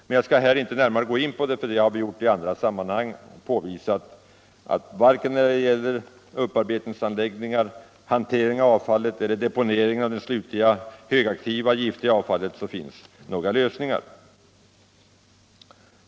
Men jag skall här inte närmare gå in på detta — det har vi gjort i andra sammanhang, då vi påvisat att varken när det gäller upparbetningsanläggningar, hantering av avfallet eller deponering av det slutliga högaktiva giftiga avfallet finns några lösningar.